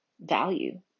value